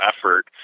effort